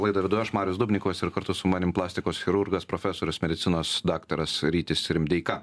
laidą vedu aš marius dubnikovas ir kartu su manim plastikos chirurgas profesorius medicinos daktaras rytis rimdeika